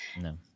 No